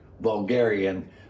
Bulgarian